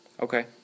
Okay